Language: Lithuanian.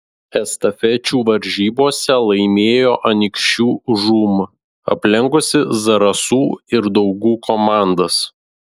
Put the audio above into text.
estafečių varžybose laimėjo anykščių žūm aplenkusi zarasų ir daugų komandas